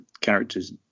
characters